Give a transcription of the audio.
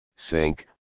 sink